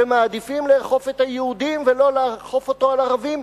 שמעדיפים לאכוף על היהודים ולא לאכוף אותו על ערבים,